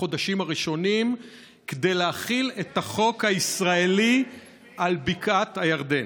החודשים הראשונים כדי להחיל את החוק הישראלי על בקעת הירדן.